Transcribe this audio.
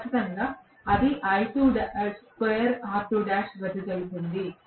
ఖచ్చితంగా అది వెదజల్లుతుంది